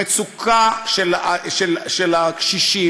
המצוקה של הקשישים,